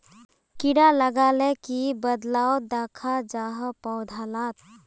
कीड़ा लगाले की बदलाव दखा जहा पौधा लात?